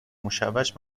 مشوش